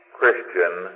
Christian